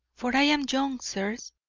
for i am young, sirs,